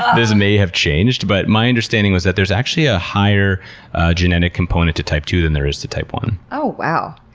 this may have changed, but my understanding was that there's actually a higher genetic component to type two than there is to type one. oh wow.